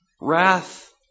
wrath